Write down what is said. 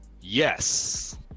Yes